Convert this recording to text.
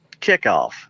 kickoff